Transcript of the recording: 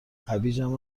هویجم